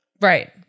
right